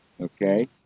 Okay